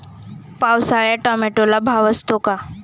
पावसाळ्यात टोमॅटोला भाव असतो का?